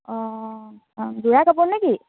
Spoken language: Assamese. অঁ অঁ যোৰা কাপোৰ নে কি